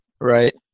Right